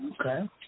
okay